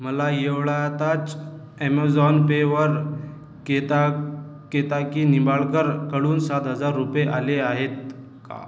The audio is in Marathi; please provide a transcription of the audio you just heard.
मला एवढ्यातच अॅमझॉन पेवर केता केताकी निंबाळकरकडून सात हजार रुपये आले आहेत का